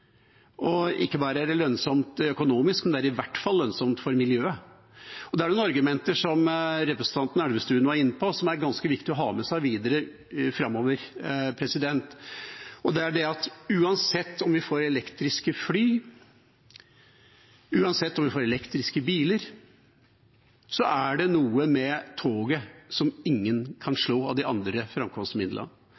og ikke bare lønnsomt økonomisk, det er i hvert fall lønnsomt for miljøet. Da er det noen argumenter representanten Elvestuen var inne på, som det er ganske viktig å ha med seg videre framover. Det er at uansett om vi får elektriske fly, uansett om vi får elektriske biler, er det noe med toget som ingen av de andre framkomstmidlene kan